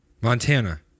Montana